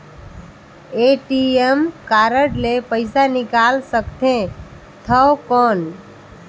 ATM card ले पइसा निकाल सकथे थव कौन?